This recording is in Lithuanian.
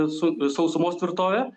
su sausumos tvirtove